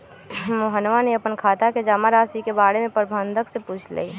मोहनवा ने अपन खाता के जमा राशि के बारें में प्रबंधक से पूछलय